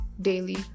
daily